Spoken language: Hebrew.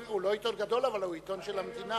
הוא לא עיתון גדול אבל הוא עיתון של המדינה.